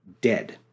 dead